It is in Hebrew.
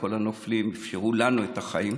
וכל הנופלים אפשרו לנו את החיים,